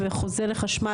וחוזה לחשמל,